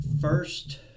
first